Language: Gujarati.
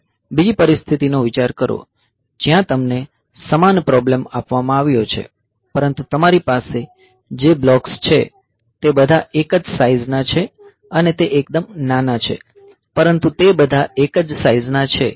હવે બીજી પરિસ્થિતિ નો વિચાર કરો જ્યાં તમને સમાન પ્રોબ્લેમ આપવામાં આવ્યો છે પરંતુ તમારી પાસે જે બ્લોક્સ છે તે બધા એક જ સાઈઝ ના છે અને તે એકદમ નાના છે પરંતુ તે બધા એક જ સાઈઝના છે